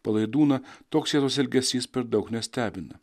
palaidūną toks elgesys per daug nestebina